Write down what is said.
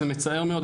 זה מצער מאוד,